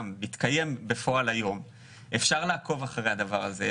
ומתקיים בפועל היום ואפשר לעקוב אחרי הדבר הזה,